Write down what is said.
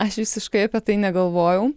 aš visiškai apie tai negalvojau